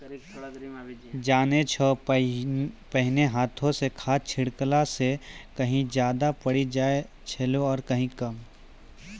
जानै छौ पहिने हाथों स खाद छिड़ला स कहीं ज्यादा पड़ी जाय छेलै आरो कहीं कम